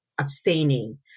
abstaining